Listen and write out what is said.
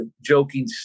joking